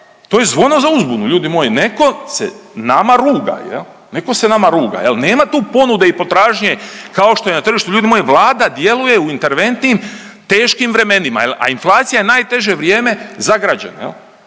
to je zvono za uzbunu ljudi moji, netko se nama ruga, netko se nama ruga. Nema tu ponude i potražnje kao što je na tržištu. Ljudi moji Vlada djeluje u interventnim teškim vremenima, a inflacija je najteže vrijeme za građane.